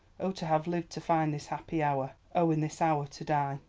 oh, to have lived to find this happy hour oh, in this hour to die!